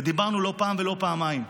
ודיברנו לא פעם ולא פעמיים.